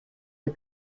the